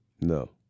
No